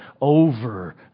over